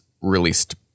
released